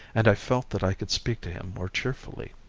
and i felt that i could speak to him more cheerfully.